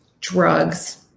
drugs